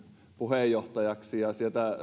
puheenjohtajaksi ja sieltä